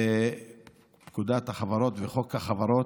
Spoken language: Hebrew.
פקודת החברות וחוק החברות,